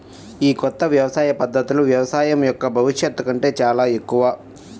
ఈ కొత్త వ్యవసాయ పద్ధతులు వ్యవసాయం యొక్క భవిష్యత్తు కంటే చాలా ఎక్కువ